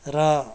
र